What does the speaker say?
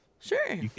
Sure